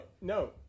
no